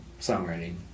songwriting